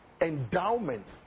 endowments